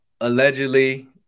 allegedly